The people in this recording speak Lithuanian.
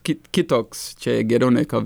kiek kitoks čia geriau nei kol